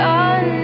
on